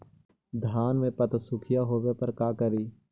धान मे पत्सुखीया होबे पर का करि?